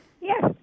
Yes